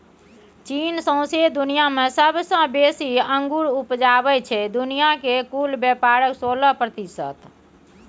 चीन सौंसे दुनियाँ मे सबसँ बेसी अंगुर उपजाबै छै दुनिया केर कुल बेपारक सोलह प्रतिशत